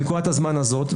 בנקודת הזמן הזאת,